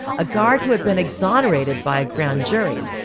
a guard who had been exonerated by a grand jury